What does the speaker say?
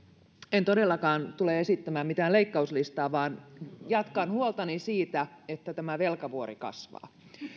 en todellakaan tule esittämään mitään leikkauslistaa vaan jatkan huoltani siitä että tämä velkavuori kasvaa